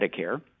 Medicare